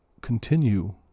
continue